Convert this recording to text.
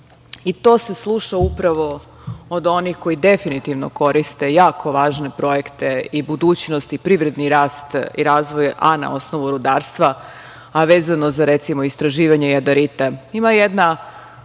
i to se sluša upravo od onih kojih definitivno koriste jako važne projekte i budućnost i privredni rast i razvoj, a na osnovu rudarstva, a vezano za, recimo, istraživanje jadarita, ima jedna